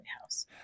house